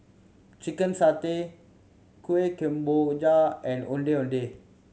chicken satay Kueh Kemboja and Ondeh Ondeh